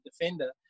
defender